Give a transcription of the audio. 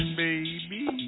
baby